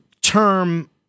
term